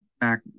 back